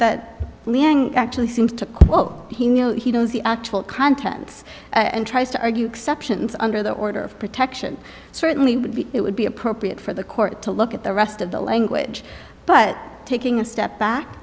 liang actually seems to quote he knew he knows the actual contents and tries to argue exceptions under the order of protection certainly would be it would be appropriate for the court to look at the rest of the language but taking a step back